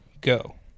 go